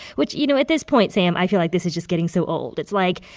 which, you know, at this point, sam, i feel like this is just getting so old. it's like,